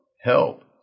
help